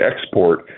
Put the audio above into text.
export